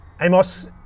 Amos